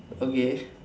okay